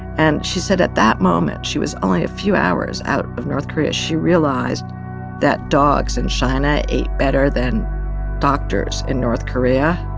and she said at that moment she was only a few hours out of north korea. she realized that dogs in china eat better than doctors in north korea.